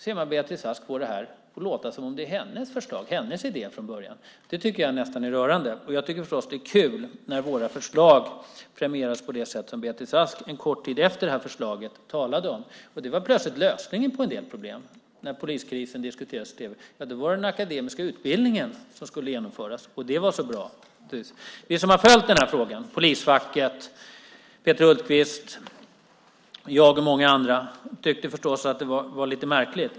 Då får Beatrice Ask det att låta som att det är hennes förslag och idé från början. Det är nästan rörande. Det är förstås kul när våra förslag premieras på det sätt som Beatrice Ask en kort tid efter att förslaget lades fram talade om. De var plötsligt lösningen på en del problem, till exempel när poliskrisen diskuterades i tv. Då var det den akademiska utbildningen som skulle genomföras, och det var så bra. Vi som har följt frågan, polisfacket, Peter Hultqvist, jag och många andra, tyckte förstås att det var lite märkligt.